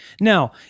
Now